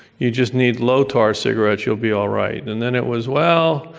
you just needed low-tar cigarettes. you'll be all right. and then it was, well,